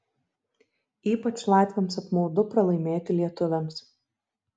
ypač latviams apmaudu pralaimėti lietuviams